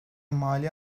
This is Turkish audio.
mali